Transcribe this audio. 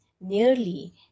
nearly